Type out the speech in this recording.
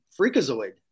freakazoid